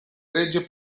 regge